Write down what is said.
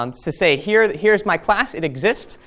um to say here here is my class, it exists,